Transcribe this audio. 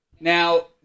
Now